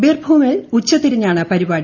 ബിർഭൂമിൽ ഉച്ചതിരിഞ്ഞാണ് പരിപാടി